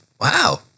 Wow